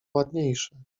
ładniejsze